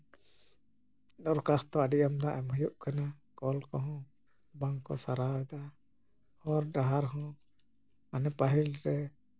ᱫᱚᱨᱠᱷᱟᱥᱛᱚ ᱟᱹᱰᱤ ᱟᱢᱫᱟ ᱮᱢ ᱦᱩᱭᱩᱜ ᱠᱟᱱᱟ ᱚᱱᱟᱛᱮ ᱠᱚᱞ ᱠᱚᱦᱚᱸ ᱵᱟᱝᱠᱚ ᱥᱟᱨᱟᱣᱮᱫᱟ ᱦᱚᱨ ᱰᱟᱦᱟᱨ ᱦᱚᱸ ᱟᱹᱰᱤ ᱯᱟᱹᱦᱤᱞ ᱨᱮ